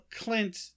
Clint